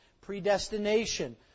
predestination